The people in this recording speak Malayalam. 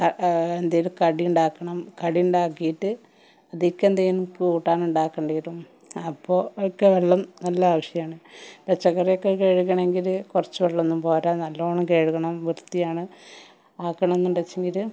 എന്തെങ്കിലും കടി ഉണ്ടാക്കണം കടി ഉണ്ടാക്കിയിട്ട് അതിന് എന്തേലും കൂട്ടാൻ ഉണ്ടാക്കേണ്ടി വരും അപ്പോൾ ഒക്കെ വെള്ളം നല്ല ആവശ്യമാണ് പച്ചക്കറിയൊക്കെ കഴുകണമെങ്കിൽ കുറച്ച് വെള്ളമൊന്നും പോരാ നല്ലോണം കഴുകണം വൃത്തിയാണ് ആക്കണമെന്ന് വച്ചിട്ടുണ്ടെങ്കിൽ